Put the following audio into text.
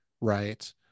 right